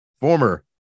former